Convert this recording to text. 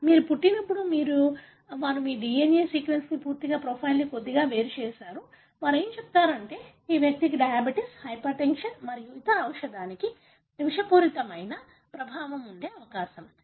మీరు పుట్టినప్పుడు వారు మీ DNA సీక్వెన్స్ పూర్తిగా ప్రొఫైల్ని కొద్దిగా వేరు చేస్తారు వారు చెబుతారు సరే ఈ వ్యక్తికి డయాబెటిస్ హైపర్టెన్షన్ మరియు ఇచ్చిన ఔషధానికి విషపూరితమైన ప్రభావం ఉండే అవకాశం ఉంది